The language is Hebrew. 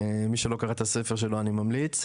מי שלא קרא את הספר שלו אני ממליץ.